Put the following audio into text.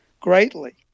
greatly